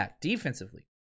defensively